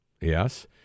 yes